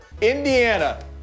Indiana